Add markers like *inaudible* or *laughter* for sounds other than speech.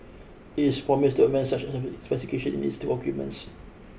it's promised to amend such *unintelligible* specification in its two documents